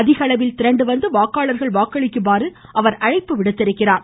அதிகளவில் திரண்டு வந்து வாக்காளர்கள் வாக்களிக்குமாறு அவர் அழைப்பு விடுத்துள்ளார்